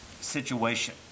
situation